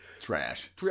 trash